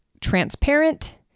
transparent